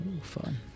fun